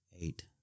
eight